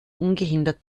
ungehindert